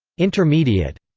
intermediate.